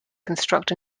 construct